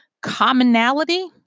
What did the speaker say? commonality